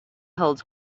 holds